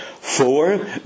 Four